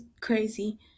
crazy